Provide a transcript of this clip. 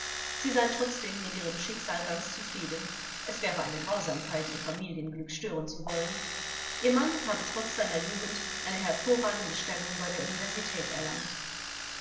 sie sei trotzdem mit ihrem schicksal ganz zufrieden es wäre eine grausamkeit ihr familienglück stören zu wollen ihr mann habe trotz seiner jugend eine hervorragende stellung bei der universität erlangt